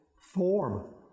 form